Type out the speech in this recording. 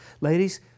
Ladies